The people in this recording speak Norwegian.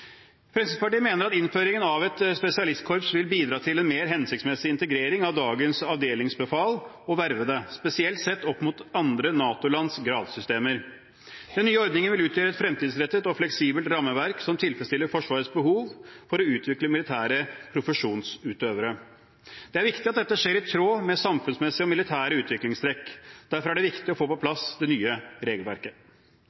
Fremskrittspartiet mener at innføringen av et spesialistkorps vil bidra til en mer hensiktsmessig integrering av dagens avdelingsbefal og vervede, spesielt sett opp mot andre NATO-lands gradssystemer. Den nye ordningen vil utgjøre et fremtidsrettet og fleksibelt rammeverk som tilfredsstiller Forsvarets behov for å utvikle militære profesjonsutøvere. Det er viktig at dette skjer i tråd med samfunnsmessige og militære utviklingstrekk. Derfor er det viktig å få på plass det nye regelverket.